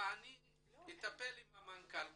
ואני אטפל עם המנכ"ל,